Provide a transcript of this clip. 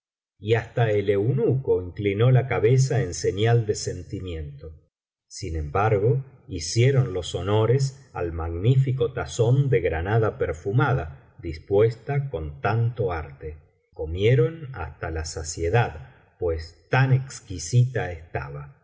y hasta el eunuco inclinó la cabeza en señal de sentimiento sin embargo hicieron los honores al magnífico tazón de granada perfumada dispuesta con tanto arte y comieron hasta la saciedad pues tan exquisita estaba